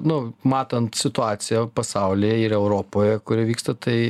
nu matant situaciją pasaulyje ir europoje kuri vyksta tai